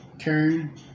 turn